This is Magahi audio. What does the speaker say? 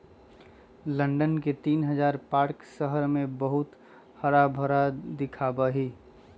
लंदन के तीन हजार पार्क शहर के बहुत हराभरा दिखावा ही